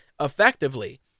effectively